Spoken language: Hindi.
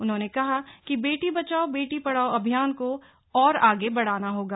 उन्होंने कहा कि बेटी बचाओ बेटी पढ़ाओ अभियान को और आगे बढ़ाना होगा